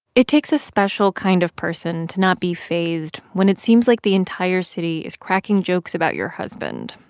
it takes a special kind of person to not be fazed when it seems like the entire city is cracking jokes about your husband,